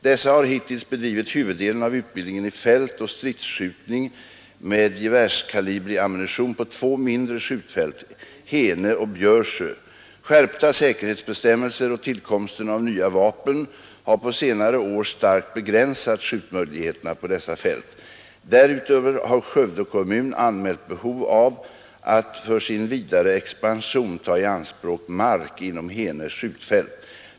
Dessa har hittills bedrivit huvuddelen av utbildningen i fältoch stridsskjutning med gevärskalibrig ammunition på två mindre skjutfält, Hene och Björsjö. Skärpta säkerhetsbestämmelser och tillkomsten av nya vapen har på senare år starkt begränsat skjutmöjligheterna på dessa fält. Därutöver har Skövde kommun anmält behov av att för sin vidare expansion ta i anspråk mark inom Hene skjutfält.